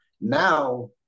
Now